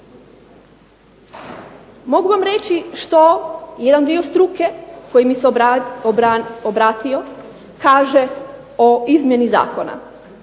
Mogu vam reći što jedan dio struke koji mi se obratio kaže o izmjeni Zakona.